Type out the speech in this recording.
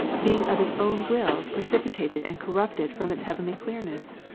being of its own will preci pitated and corrupted from its heavenly clearness?